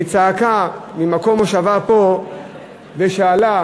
היא צעקה ממקום מושבה פה ושאלה:,